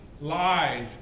lies